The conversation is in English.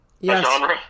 yes